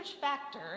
factor